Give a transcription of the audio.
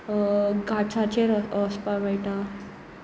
घाट्साचेर वसपाक मेळटा